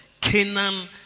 Canaan